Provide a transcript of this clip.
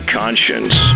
conscience